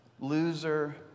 loser